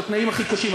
את התנאים הכי קשים.